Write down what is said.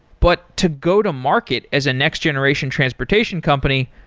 but to go to market as a next-generation transportation company,